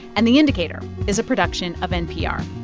and the indicator is a production of npr